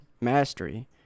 mastery